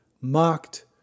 mocked